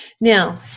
Now